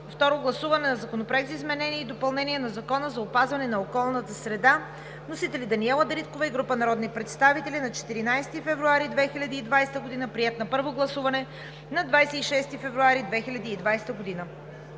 Второ гласуване на Законопроекта за изменение и допълнение на Закона за опазване на околната среда. Вносители – Даниела Дариткова и група народни представители на 14 февруари 2020 г. Приет на първо гласуване на 26 февруари 2020 г.